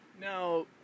Now